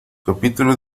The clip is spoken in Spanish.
capítulo